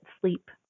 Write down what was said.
Sleep